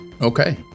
okay